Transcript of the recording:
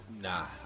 Nah